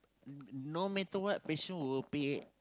n~ no matter what patient will pay